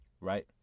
Right